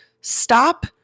Stop